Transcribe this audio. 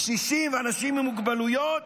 קשישים ואנשים עם מוגבלויות,